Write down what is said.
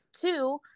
Two